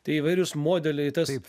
tai įvairūs modeliai tas